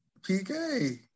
PK